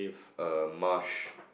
a marsh